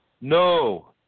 no